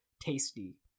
tasty